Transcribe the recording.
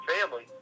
family